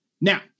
Now